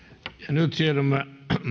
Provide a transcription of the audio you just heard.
nyt siirrymme